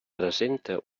presenta